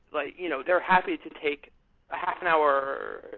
like you know they're happy to take a half an hour,